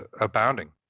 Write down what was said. abounding